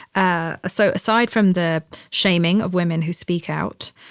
ah so aside from the shaming of women who speak out.